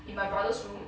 in my brother's room